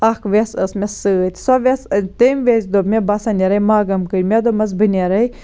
اکھ وٮ۪س ٲس مےٚ سۭتۍ سۄ وٮ۪س تمہِ ویٚسہِ دوپ مےٚ بہٕ ہَسا نیرے ماگام کِنۍ مےٚ دوٚپمَس بہٕ نیرے